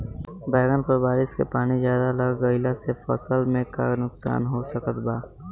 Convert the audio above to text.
बैंगन पर बारिश के पानी ज्यादा लग गईला से फसल में का नुकसान हो सकत बा?